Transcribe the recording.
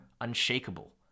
unshakable